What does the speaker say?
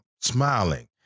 smiling